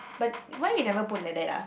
but why we never put like that ah